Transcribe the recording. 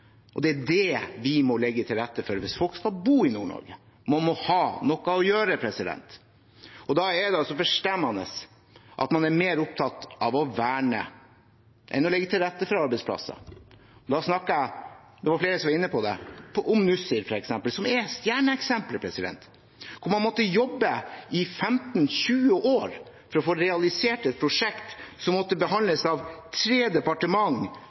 Og det er det vi må legge til rette for hvis folk skal bo i Nord-Norge. Man må ha noe å gjøre! Da er det forstemmende at man er mer opptatt av å verne enn å legge til rette for arbeidsplasser. Da snakker jeg – det var flere som var inne på det – om Nussir, f.eks., som er stjerneeksempelet. Der måtte man jobbe i 15–20 år for å få realisert et prosjekt som måtte behandles av tre departement,